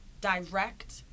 direct